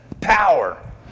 Power